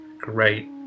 Great